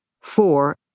Four